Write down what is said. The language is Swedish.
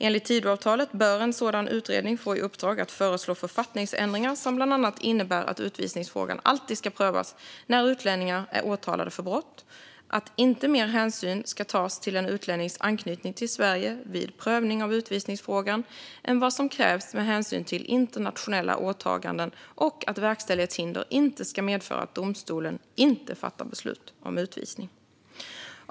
Enligt Tidöavtalet bör en sådan utredning få i uppdrag att föreslå författningsändringar som bland annat innebär att utvisningsfrågan alltid ska prövas när utlänningar är åtalade för brott, att inte mer hänsyn ska tas till en utlännings anknytning till Sverige vid prövningen av utvisningsfrågan än vad som krävs med hänsyn till internationella åtaganden och att verkställighetshinder inte ska medföra att domstolen inte fattar beslut om utvisning.